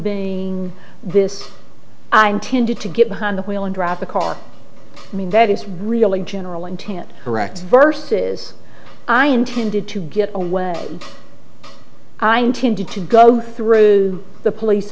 being this i intended to get behind the wheel and drop the car i mean that is really general intent correct versus i intended to get away i'm tempted to go through the police